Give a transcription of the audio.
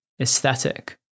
aesthetic